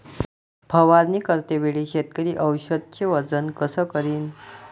फवारणी करते वेळी शेतकरी औषधचे वजन कस करीन?